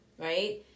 right